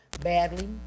badly